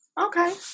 Okay